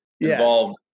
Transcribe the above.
involved